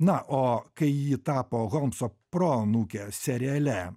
na o kai ji tapo holmso proanūkė seriale